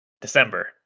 December